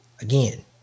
Again